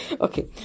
Okay